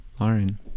lauren